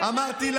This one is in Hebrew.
אמרתי,